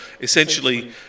essentially